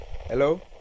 Hello